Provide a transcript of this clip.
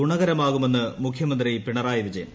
ഗുണകരമാകുമെന്ന് മുഖൃമന്ത്രി പിണറായി വിജയൻ